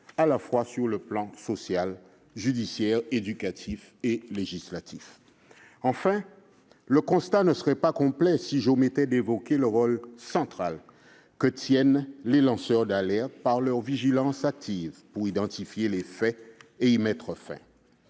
à la fois sur le plan social, judiciaire, éducatif et législatif. Le constat ne serait pas complet, si j'omettais d'évoquer le rôle central que tiennent les lanceurs d'alerte par leur vigilance active pour identifier les faits et y mettre fin.